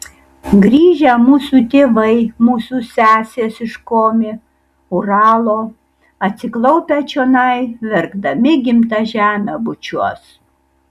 grįžę mūsų tėvai mūsų sesės iš komi uralo atsiklaupę čionai verkdami gimtą žemę bučiuos